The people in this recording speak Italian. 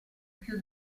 più